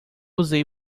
usei